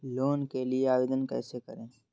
Loan के लिए आवेदन कैसे करें?